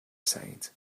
side